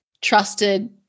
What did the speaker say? trusted